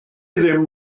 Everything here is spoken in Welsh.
ddim